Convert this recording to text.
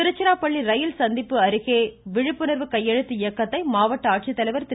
திருச்சிராப்பள்ளி ரயில் சந்திப்பு அருகே விழிப்புணர்வு கையெழுத்து இயக்கத்தை மாவட்ட ஆட்சித்தலைவர் திரு